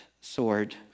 sword